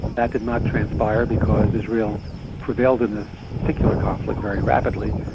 that could not transpire because israel prevailed in this particular conflict very rapidly,